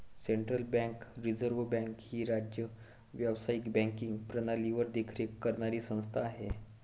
central bank reserve bank ही राज्य व्यावसायिक बँकिंग प्रणालीवर देखरेख करणारी संस्था आहे